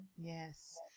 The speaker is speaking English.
Yes